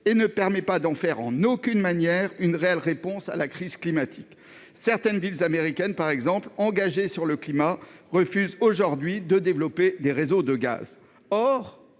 ne permettent pas d'en faire, en aucune manière, une réponse efficace à la crise climatique. Certaines villes américaines, par exemple, engagées sur le climat, refusent aujourd'hui de développer des réseaux de gaz. Or,